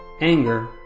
anger